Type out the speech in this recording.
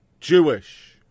Jewish